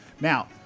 Now